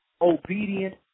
obedient